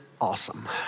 awesome